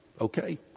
Okay